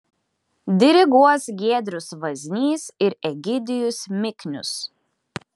diriguos giedrius vaznys ir egidijus miknius